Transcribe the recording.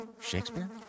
Shakespeare